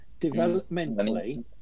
developmentally